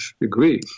agree